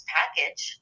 package